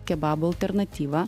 kebabų alternatyva